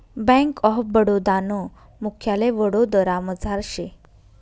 bank of Baroda नं मुख्यालय वडोदरामझार शे